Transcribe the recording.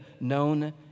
known